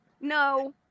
No